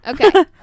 Okay